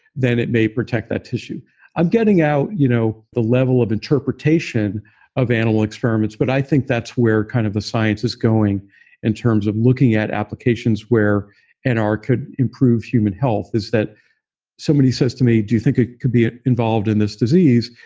then it may protect that tissue i'm getting out you know the level of interpretation of animal experiments, but i think that's where kind of the science is going in terms of looking at applications where and nr could improve human health is that somebody says to me, do you think it could be involved in this disease?